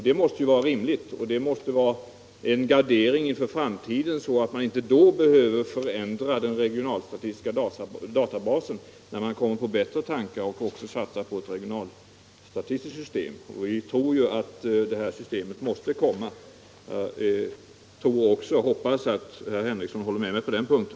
Detta måste vara rimligt och en gardering inför framtiden så att man inte då behöver förändra den regionalstatistiska databasen när man kommer på bättre tankar och också satsar på ett regionalstatistiskt system. Vi tror att det här systemet måste komma. Vi hoppas, att herr Henrikson håller med oss på den punkten.